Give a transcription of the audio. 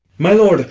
my lord,